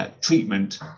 Treatment